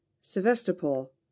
Sevastopol